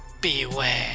Beware